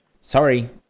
sorry